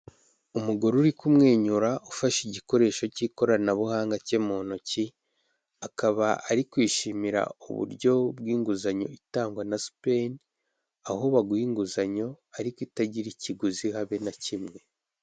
Umugore uri kumwenyura ufashe igikoresho cy'ikoranabuhanga cye mu ntoki akaba ari kwishimira uburyo bw'inguzanyo itangwa na sipeni aho baguha inguzanyo ariko itagira ikiguzi habe na kimwe.